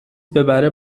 ببره